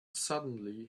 suddenly